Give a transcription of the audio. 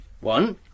One